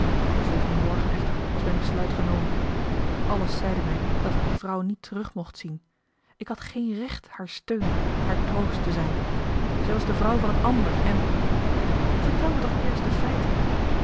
den volgenden morgen echter was mijn besluit genomen alles zeide mij dat ik die vrouw niet terug mocht zien ik had geen recht haar steun haar troost te zijn zij was de vrouw van een ander en vertel mij toch eerst de feiten